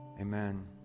Amen